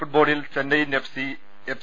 ഫുട്ബോളിൽ ചെന്നൈയിൻ എഫ്